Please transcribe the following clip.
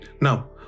now